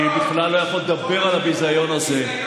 אני בכלל לא יכול לדבר על הביזיון הזה.